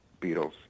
Beatles